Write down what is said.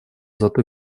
зато